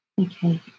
Okay